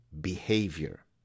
behavior